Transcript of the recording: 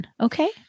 Okay